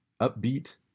upbeat